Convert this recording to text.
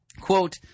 quote